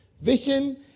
Vision